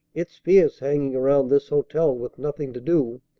it's fierce hanging around this hotel with nothing to do.